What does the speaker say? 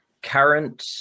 Current